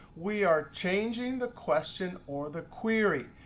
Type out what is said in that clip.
we are changing the question or the query.